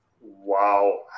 Wow